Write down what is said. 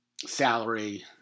salary